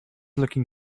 looking